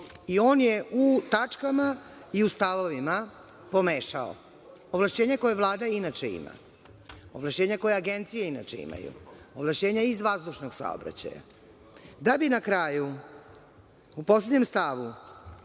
On je u tačkama i u stavovima pomešao. Ovlašćenja koja Vlada inače ima, ovlašćenja koja agencija inače imaju, ovlašćenja iz vazdušnog saobraćaja, da bi na kraju u poslednjem stavu,